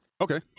Okay